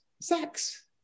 sex